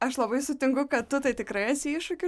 aš labai sutinku kad tu tai tikrai esi iššūkių